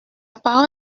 parole